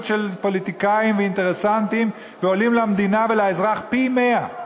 של פוליטיקאים ואינטרסנטים ועולה למדינה ולאזרח פי-מאה.